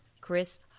Chris